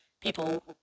people